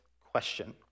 question